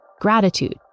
gratitude